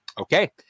okay